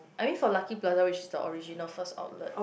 I mean for Lucky Plaza which is the original first outlet